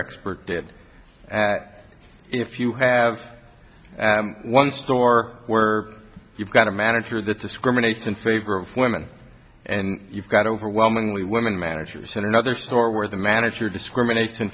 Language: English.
expert did that if you have one store were you've got a manager that discriminates in favor of women and you've got overwhelmingly women managers and another store where the manager discriminat